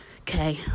Okay